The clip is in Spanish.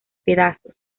pedazos